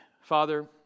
Father